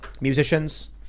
musicians